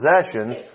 possessions